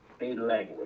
language